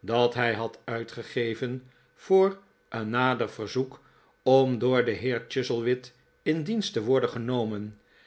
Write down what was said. dat hij had uitgegeven voor een nader verzoek om door den heer chuzzlewit in dienst te worden genomen